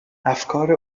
افکار